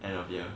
end of year